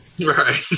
Right